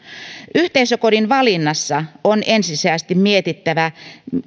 yhteisökodin valinnassa on ensisijaisesti mietittävä